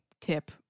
tip